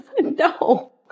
No